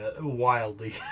wildly